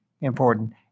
important